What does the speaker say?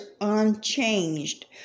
unchanged